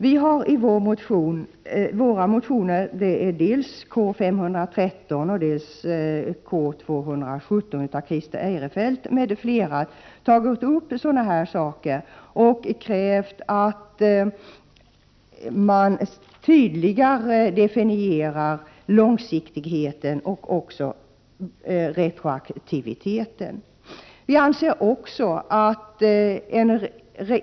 Vi har i våra motioner K513 och K217 av Christer Eirefelt m.fl. tagit upp sådana här saker och krävt att långsiktigheten och retroaktiviteten tydligare definieras.